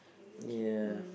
ya